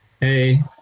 hey